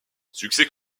succès